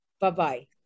bye-bye